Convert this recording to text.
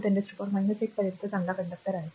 72 10 ते 8 पर्यंत चांगला कंडक्टर आहे